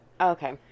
okay